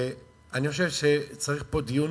ואני חושב שצריך להיות פה דיון,